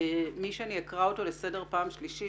שמי שאני אקרא אותו לסדר פעם שלישית,